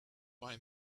buy